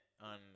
on